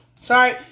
Sorry